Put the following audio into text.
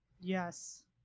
Yes